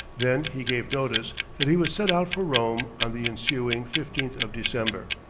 then he gave notice that he would set out for rome on the ensuing fifteenth of december.